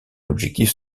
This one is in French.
objectif